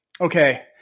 Okay